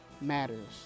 matters